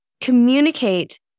communicate